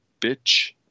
bitch